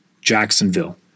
Jacksonville